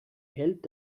hält